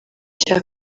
cya